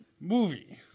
Movie